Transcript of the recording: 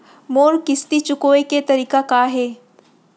मोर किस्ती चुकोय के तारीक का हे?